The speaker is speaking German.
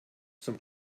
zum